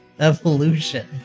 Evolution